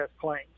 claims